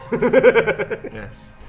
Yes